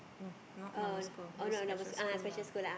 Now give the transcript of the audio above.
no not normal school those special school lah